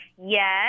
Yes